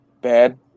bad